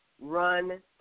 run